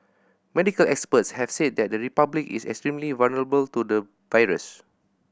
medical experts have said that the Republic is extremely vulnerable to the virus